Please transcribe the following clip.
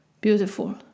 beautiful